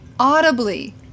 audibly